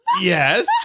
yes